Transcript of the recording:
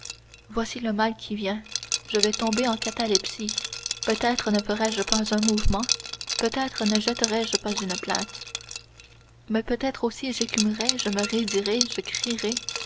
voici le mal qui vient je vais tomber en catalepsie peut-être ne ferai-je pas un mouvement peut-être ne jetterai je pas une plainte mais peut-être aussi j'écumerai je me raidirai je